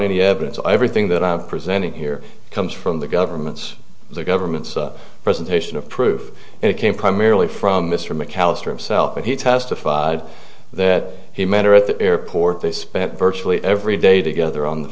any evidence everything that i'm presenting here comes from the government's the government's presentation of proof and it came primarily from mr mcallister himself but he testified that he met her at the airport they spent virtually every day together on the